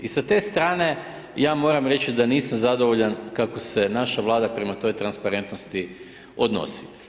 I sa te strane ja moram reći da nisam zadovoljan kako se naša Vlada prema toj transparentnosti odnosi.